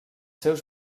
seus